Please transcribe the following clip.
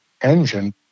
engine